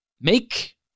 Make